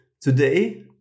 today